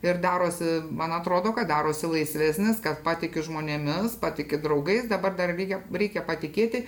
ir darosi man atrodo kad darosi laisvesnis kad patiki žmonėmis patiki draugais dabar dar reikia reikia patikėti